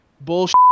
bullshit